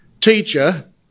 Teacher